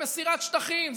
זה מסירת שטחים,